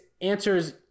Answers